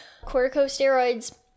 corticosteroids